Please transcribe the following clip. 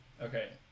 Okay